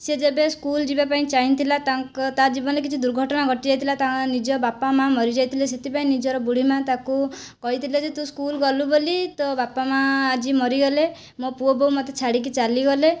ସେ ଯେବେ ସ୍କୁଲ୍ ଯିବା ପାଇଁ ଚାହିଁଥିଲା ତାଙ୍କ ତା' ଜୀବନରେ କିଛି ଦୁର୍ଘଟଣା ଘଟି ଯାଇଥିଲା ତାହା ନିଜ ବାପା ମାଆ ମରିଯାଇଥିଲେ ସେଥିପାଇଁ ନିଜର ବୁଢ଼ୀ ମା' ତାକୁ କହିଥିଲେ ଯେ ତୁ ସ୍କୁଲ୍ ଗଲୁ ବୋଲି ତୋ' ବାପା ମା' ଆଜି ମରିଗଲେ ମୋ' ପୁଅ ବୋହୂ ମୋତେ ଛାଡ଼ିକି ଚାଲିଗଲେ